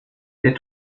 der